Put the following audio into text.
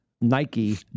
nike